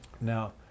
now